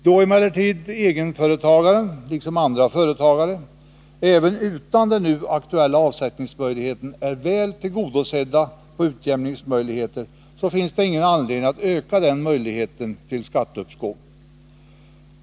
Då emellertid egenföretagaren, liksom andra företagare, även utan den nu aktuella avsättningsmöjligheten är väl tillgodosedd i fråga om utjämningsmöjligheter finns det ingen anledning att öka den möjligheten till skatteuppskov.